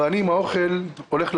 ואני עם האוכל הולך לפח.